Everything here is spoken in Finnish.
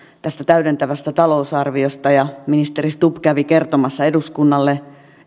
tästä täydentävästä talousarviosta ja ministeri stubb kävi kertomassa eduskunnalle